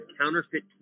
counterfeit